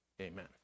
amen